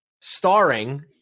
starring